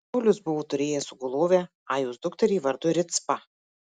saulius buvo turėjęs sugulovę ajos dukterį vardu ricpą